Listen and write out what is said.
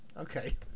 Okay